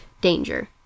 danger